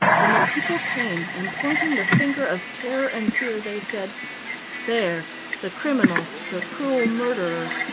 and the people came, and pointing the finger of terror and fear, they said there the criminal the cruel murderer.